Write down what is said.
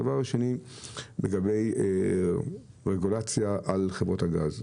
הדבר השני לגבי רגולציה על חברות הגז.